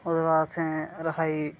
ओह्दे बाद असें रखाई